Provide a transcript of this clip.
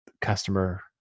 customer